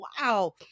wow